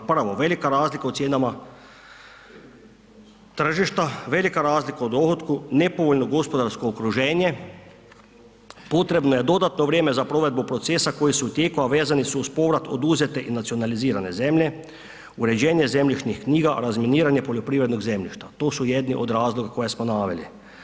Prvo, velika razlika u cijenama tržišta, velika razlika u dohotku, nepovoljno gospodarsko okruženje, potrebno je dodatno vrijeme za provedbu procesa koji su u tijeku, a vezani su uz povrat oduzete i nacionalizirane zemlje, uređenje zemljišnih knjiga, razminiranje poljoprivrednog zemljišta, to su jedni od razloga koje smo naveli.